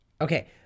Okay